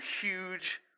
huge